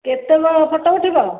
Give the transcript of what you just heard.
କେତେ ଫୋଟୋ ଉଠିବ